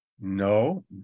No